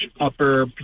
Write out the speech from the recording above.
upper